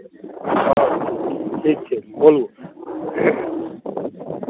ठीक छै बोलू